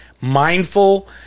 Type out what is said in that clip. mindful